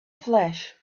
flash